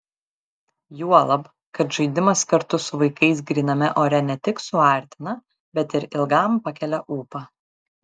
juolab kad žaidimas kartu su vaikais gryname ore ne tik suartina bet ir ilgam pakelia ūpą